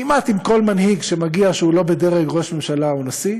כמעט עם כל מנהיג שמגיע שהוא לא בדרג ראש ממשלה או נשיא,